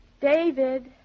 David